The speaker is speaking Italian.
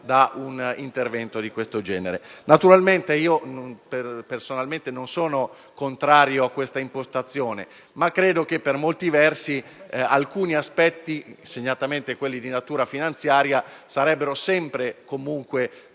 da un intervento di questo genere. Personalmente non sono contrario a questa impostazione, ma credo che per molti versi alcuni aspetti - e segnatamente quelli di natura finanziaria - sarebbero sempre e comunque